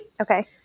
Okay